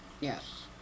Yes